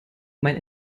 mein